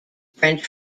french